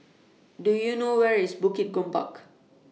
Do YOU know Where IS Bukit Gombak